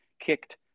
kicked